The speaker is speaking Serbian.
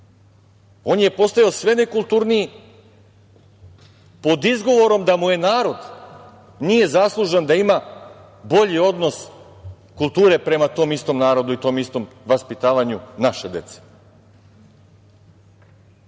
on je postojao sve nekulturniji pod izgovorom da mu je narod, nije zaslužan da ima bolji odnos kulture prema tom istom narodu i tom istom vaspitavanju naše